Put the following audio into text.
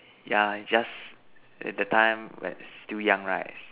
yeah I just at that time when still young right